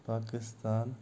Pakistan